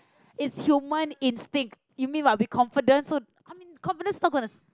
it's human instinct you mean what be confident so I mean confidence not gonna